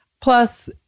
Plus